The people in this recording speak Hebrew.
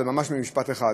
ממש במשפט אחד,